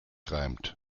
reimt